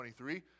23